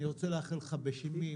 אני רוצה לאחל לך בשמי,